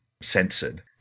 censored